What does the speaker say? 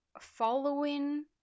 following